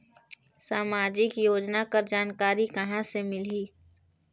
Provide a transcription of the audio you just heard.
समाजिक योजना कर जानकारी कहाँ से मिलही?